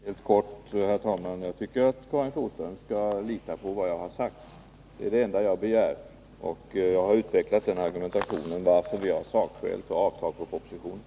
Herr talman! Helt kort: Jag tycker att Karin Flodström skall lita på vad jag har sagt. Det är det enda jag begär. Jag har utvecklat argumentationen när det gäller våra sakskäl för avslag på propositionen.